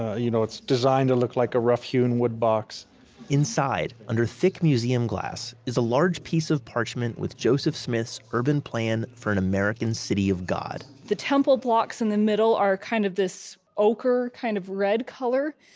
you know, it's designed to look like a rough hewn wood box inside, under thick museum glass, is a large piece of parchment with joseph smith's urban plan for an american city of god. the temple blocks in the middle are kind of this ochre, kind of red color,